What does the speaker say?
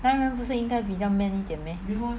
男人不是应该比较 man 一点 meh